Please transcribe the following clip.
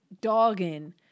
dogging